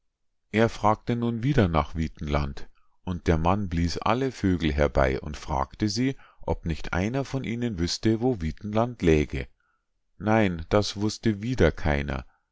er fragte nun wieder nach witenland und der mann blies alle vögel herbei und fragte sie ob nicht einer von ihnen wüßte wo witenland läge nein das wußte wieder keiner